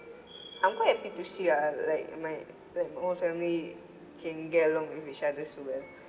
I'm quite happy to see ah like my like my own family can get along with each other so well